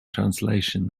translation